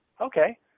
Okay